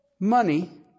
Money